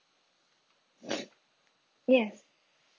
yes